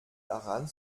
daran